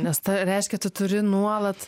nes tą reiškia tu turi nuolat